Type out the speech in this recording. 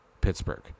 Pittsburgh